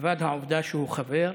מלבד העובדה שהוא חבר,